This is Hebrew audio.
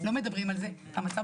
אנחנו מדברים על עשרה